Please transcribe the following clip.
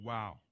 Wow